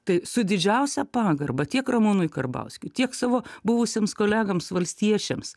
tai su didžiausia pagarba tiek ramūnui karbauskiui tiek savo buvusiems kolegoms valstiečiams